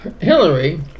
Hillary